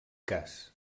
cas